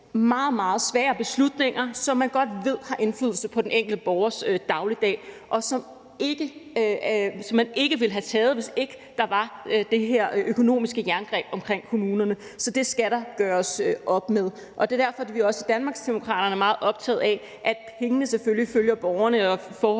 meget svære beslutninger, som man godt ved har indflydelse på den enkelte borgers dagligdag, og som man ikke ville have taget, hvis ikke der var det her økonomiske jerngreb omkring kommunerne. Så det skal der gøres op med. Det er derfor, at vi også i Danmarksdemokraterne er meget optaget af, at pengene selvfølgelig følger borgerne, og at der